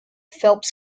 phelps